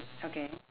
okay